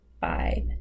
five